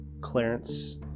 Clarence